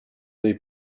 dei